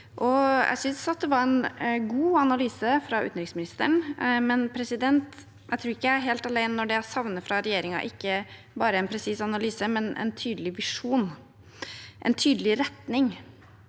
Jeg synes det var en god analyse fra utenriksministeren, men jeg tror ikke jeg er helt alene når det jeg savner fra regjeringen, ikke bare er en presis analyse, men en tydelig visjon, en tydelig retning.